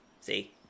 See